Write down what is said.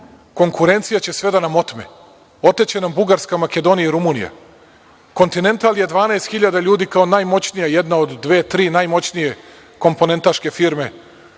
konkurencija će sve da nam otme. Oteće nam Bugarska, Makedonija i Rumunija. „Kontinental“ je 12.000 ljudi, kao jedna od dve, tri najmoćnije komponentaške firme